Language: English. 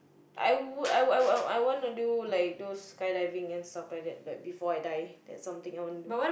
I would I would I would I wanna do like those sky diving and stuff like that like before I die that's something I want to do